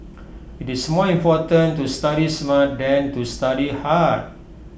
IT is more important to study smart than to study hard